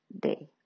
day